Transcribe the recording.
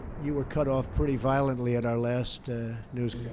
you were cut off pretty violently at our last news